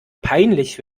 peinlich